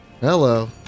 Hello